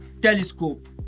telescope